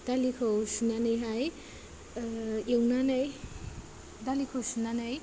दालिखौ सुनानैहाय एवनानै दालिखौ सुनानै